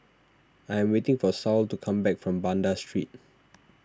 I am waiting for Saul to come back from Banda Street